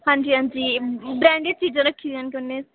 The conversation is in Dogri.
हांजी हांजी ब्रैंडेड चीजां रक्खी दियां न कन्नै